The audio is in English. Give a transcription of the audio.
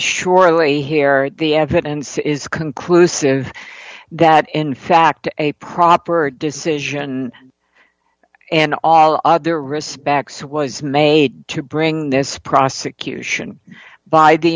surely here the evidence is conclusive that in fact a proper decision in all other respects was made to bring this prosecution by the